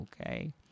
Okay